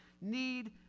need